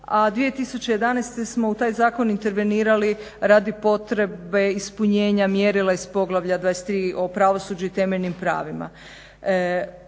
a 2011.smo u taj zakon intervenirali radi potrebe ispunjenja mjerila iz poglavlja 23 o pravosuđu i temeljnim pravima.